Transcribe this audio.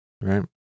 right